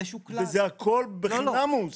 והכול בחינם הוא עושה.